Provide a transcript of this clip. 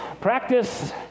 practice